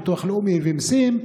ביטוח לאומי ומיסים,